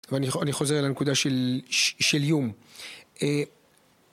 ואני חוזר לנקודה של איום.